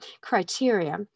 criteria